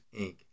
Inc